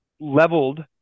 leveled